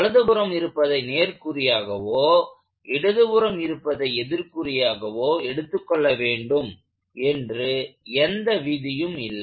வலதுபுறம் இருப்பதை நேர்குறியாகவோ அல்லது இடதுபுறம் இருப்பதை எதிர்குறியாகவோ எடுத்துக்கொள்ள வேண்டும் என்று எந்த விதியும் இல்லை